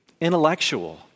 intellectual